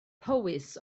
powys